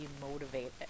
motivated